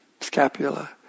scapula